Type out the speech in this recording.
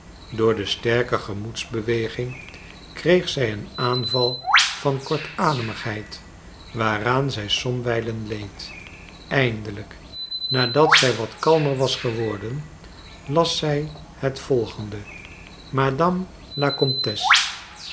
door de sterke gemoedsbeweging kreeg zij een aanval van kortademigheid waaraan zij somwijlen leed eindelijk nadat zij wat kalmer was geworden las zij het volgende madame la comtesse